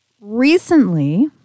Recently